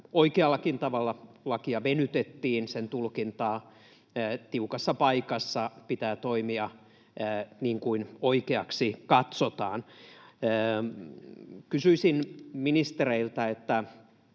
oikeallakin tavalla lakia venytettiin, sen tulkintaa. Tiukassa paikassa pitää toimia niin kuin oikeaksi katsotaan. Kysyisin ministereiltä: